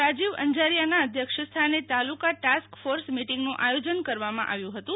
રાજીવ અંજારિયાના અધ્યક્ષસ્થાને તાલુકા ટાસ્કફોર્સ મીટીંગનું આથોજન કરવામાં આવ્યું હતું